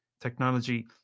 Technology